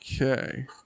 Okay